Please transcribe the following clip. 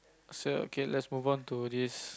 it's a okay let's move on to this